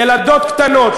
ילדות קטנות,